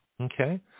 Okay